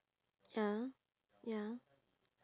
ya ya